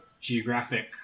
geographic